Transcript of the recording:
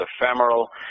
ephemeral